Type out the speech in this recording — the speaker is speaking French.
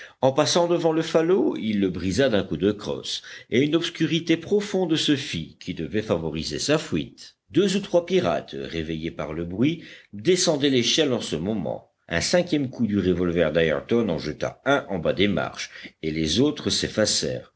en passant devant le falot il le brisa d'un coup de crosse et une obscurité profonde se fit qui devait favoriser sa fuite deux ou trois pirates réveillés par le bruit descendaient l'échelle en ce moment un cinquième coup du revolver d'ayrton en jeta un en bas des marches et les autres